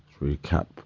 recap